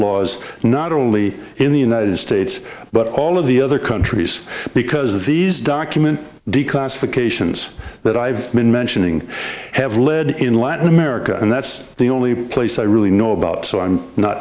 laws not only in the united states but all of the other countries because of these document the classifications that i've been mentioning have led in latin america and that's the only place i really know about so i'm not